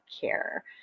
care